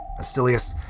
Asilius